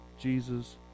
Jesus